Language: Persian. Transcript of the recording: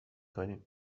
کنیم